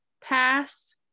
pass